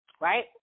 right